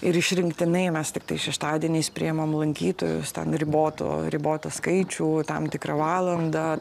ir išrinktinai mes tiktai šeštadieniais priimam lankytojus ten ribotų ribotą skaičių tam tikrą valandą